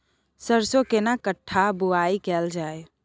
सरसो केना कट्ठा बुआई कैल जाय?